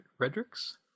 redrick's